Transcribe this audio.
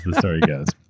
and story goes.